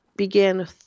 began